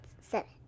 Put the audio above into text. seven